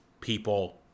people